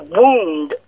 wound